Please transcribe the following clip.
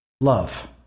Love